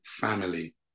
family